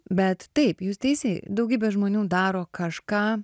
bet taip jūs teisi daugybė žmonių daro kažką